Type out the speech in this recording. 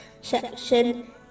section